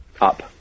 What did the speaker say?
up